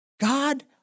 God